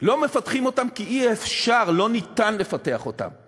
לא מפתחים אותם כי אי-אפשר, לא ניתן לפתח אותם.